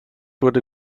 wurde